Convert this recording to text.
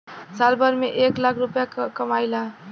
हम साल भर में एक लाख रूपया कमाई ला